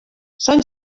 són